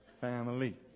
family